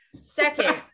Second